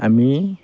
আমি